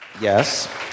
Yes